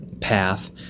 path